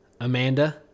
Amanda